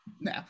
no